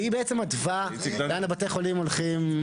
והיא בעצם מתווה לאן בתי החולים הולכים.